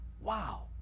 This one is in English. wow